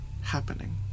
happening